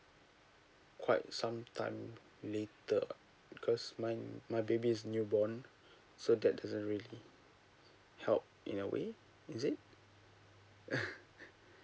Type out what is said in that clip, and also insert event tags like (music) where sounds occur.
quite some time later because my my baby is new born so that doesn't really help in a way is it (laughs)